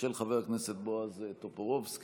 של חבר הכנסת בועז טופורובסקי.